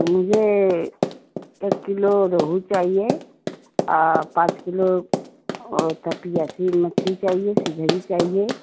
मुझे एक किलो रोहू चाहिए पाँच किलो और तपीया सी मछली चाहिए सिधरी चाहिए